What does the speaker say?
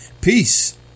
Peace